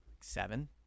Seven